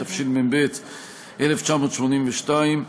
התשמ"ב 1982,